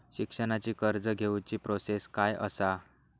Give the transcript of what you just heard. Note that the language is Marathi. शिक्षणाची कर्ज घेऊची प्रोसेस काय असा?